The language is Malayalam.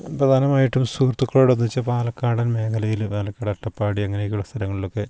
പ്രധാനമായിട്ടും സുഹൃത്തുക്കളോട് ഒന്നിച്ചു പാലക്കാടൻ മേഖലയിൽ പാലക്കാട് അട്ടപ്പാടി അങ്ങനെയൊക്കെയുള്ള സ്ഥലങ്ങളിലൊക്കെ